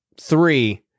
three